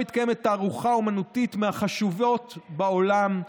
שם מתקיימת תערוכה אומנותית מהחשובות בעולם,